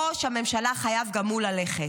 ראש הממשלה חייב גם הוא ללכת.